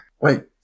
Wait